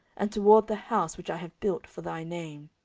and toward the house which i have built for thy name